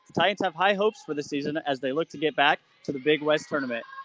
titans have high hopes for the season as they look to get back to the big west tournament.